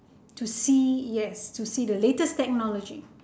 to see yes to see the latest technology